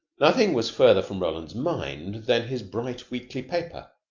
nothing was farther from roland's mind than his bright weekly paper,